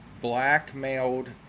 blackmailed